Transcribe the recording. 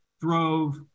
drove